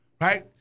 Right